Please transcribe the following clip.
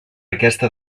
aquesta